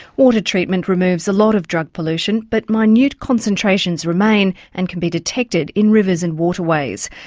water treatment removes a lot of drug pollution but minute concentrations remain and can be detected in rivers and waterways.